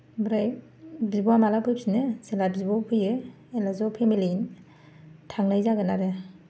ओमफ्राय बिब'आ माला फैफिनो जेला बिब' फैयो एला ज' फेमिलियैनो थांनाय जागोन आरो